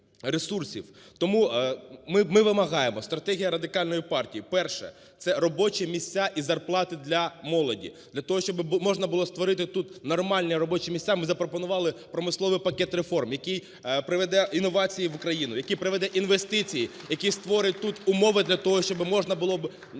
Тому ми вимагаємо, стратегія Радикальної партії. Перше. Це робочі місця і зарплати для молоді. Для того, щоби можна було створити тут нормальні робочі місця, ми запропонували промисловий пакет реформ, який приведе інновації в Україну, який приведе інвестиції, який створить тут умови для того, щоби можна було б